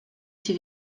cię